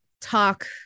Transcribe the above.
talk